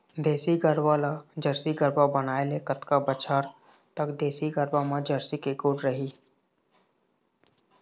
देसी गरवा ला जरसी गरवा बनाए ले कतका बछर तक देसी गरवा मा जरसी के गुण रही?